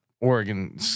Oregon